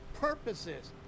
purposes